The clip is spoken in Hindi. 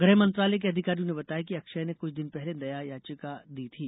गृह मंत्रालय के अधिकारियों ने बताया कि अक्षय ने कुछ दिन पहले दया याचिका दी थी